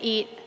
Eat